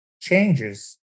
changes